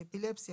אפילפסיה,